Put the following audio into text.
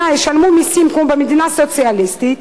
ישלמו מסים כמו במדינה סוציאליסטית,